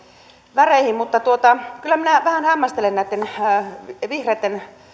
väreihin mutta kyllä minä vähän hämmästelen näiden vihreitten